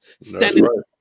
Standing